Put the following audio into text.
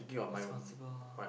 responsible lor